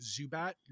zubat